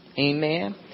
Amen